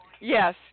Yes